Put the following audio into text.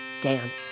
dance